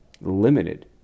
limited